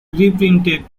reprinted